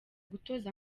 gutoza